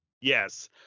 Yes